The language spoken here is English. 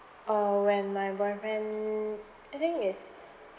uh when my boyfriend I think is